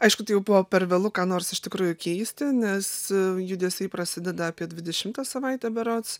aišku tai jau buvo per vėlu ką nors iš tikrųjų keisti nes judesiai prasideda apie dvidešimtą savaitę berods